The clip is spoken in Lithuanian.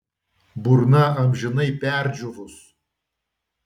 burna amžinai perdžiūvus